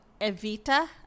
Evita